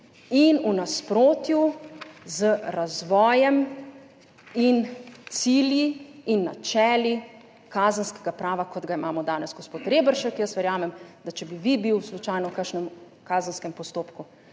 in v nasprotju z razvojem in cilji in načeli kazenskega prava, kot ga imamo danes. Gospod Reberšek, jaz verjamem, da če bi vi bili slučajno v kakšnem kazenskem postopku,